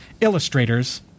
illustrators